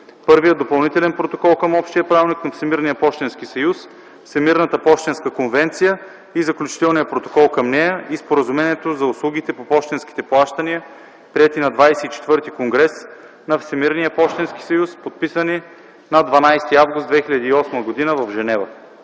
Първия допълнителен протокол към Общия правилник на Всемирния пощенски съюз, Всемирната пощенска конвенция и Заключителния протокол към нея, и Споразумението за услугите по пощенските плащания, приети на ХХIV конгрес на Всемирния пощенски съюз, подписани на 12 август 2008 г. в Женева.”